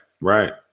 Right